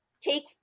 take